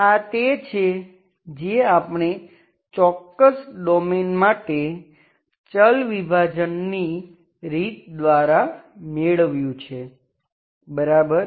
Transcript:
આ તે છે જે આપણે ચોક્કસ ડોમેઈન માટે ચલ વિભાજનની રીત દ્વારા મેળવ્યું છે બરાબર